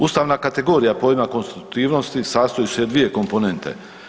Ustavna kategorija pojma konstitutivnosti sastoji se od dvije komponente.